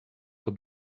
pod